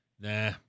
Nah